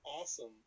awesome